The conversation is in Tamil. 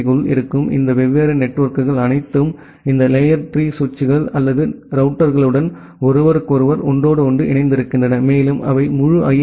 டி க்குள் இருக்கும் இந்த வெவ்வேறு நெட்வொர்க்குகள் அனைத்தும் இந்த லேயர் 3 சுவிட்சுகள் அல்லது ரவுட்டர்களுடன் ஒருவருக்கொருவர் ஒன்றோடொன்று இணைந்திருக்கின்றன மேலும் அவை முழு ஐ